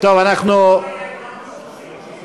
לא היו שום סיכומים.